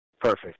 Perfect